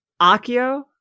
akio